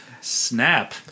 Snap